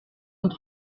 und